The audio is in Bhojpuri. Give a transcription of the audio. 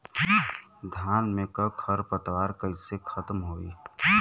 धान में क खर पतवार कईसे खत्म होई?